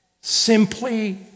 simply